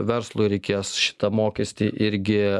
verslui reikės šitą mokestį irgi